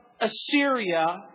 Assyria